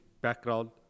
background